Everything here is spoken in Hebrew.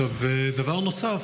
דבר נוסף,